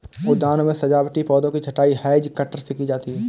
उद्यानों में सजावटी पौधों की छँटाई हैज कटर से की जाती है